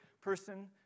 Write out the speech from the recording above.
person